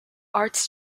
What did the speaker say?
arts